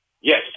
Yes